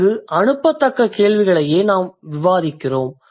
அங்கு அனுப்பத்தக்க கேள்விகளையே நாம் விவாதிக்கிறோம்